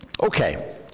Okay